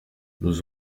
nous